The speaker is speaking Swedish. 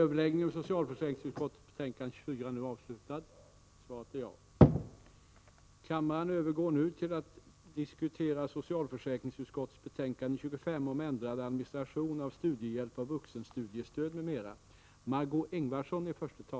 Bostadsutskottets betänkanden 19 och 20 debatterades den 15 maj. Kammaren övergår nu till att debattera bostadsutskottets betänkande 21 om anslag till länsstyrelserna m.m.